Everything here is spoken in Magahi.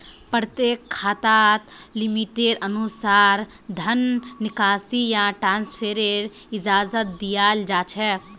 प्रत्येक खाताक लिमिटेर अनुसा र धन निकासी या ट्रान्स्फरेर इजाजत दीयाल जा छेक